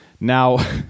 now